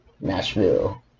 Nashville